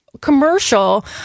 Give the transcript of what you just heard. commercial